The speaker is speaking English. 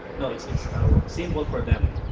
no, it's it's a symbol for them,